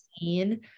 seen